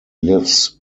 lives